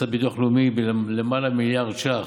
לביטוח לאומי ביותר ממיליארד ש"ח,